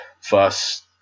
first